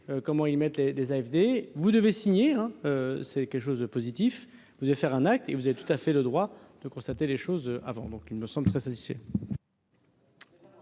comment ils mettent les les AFD vous devez signer, hein, c'est quelque chose de positif, vous devez faire un acte et vous avez tout à fait le droit de constater les choses avant, donc il me semble très satisfait.